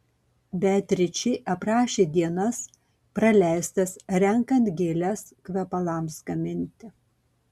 beatričė aprašė dienas praleistas renkant gėles kvepalams gaminti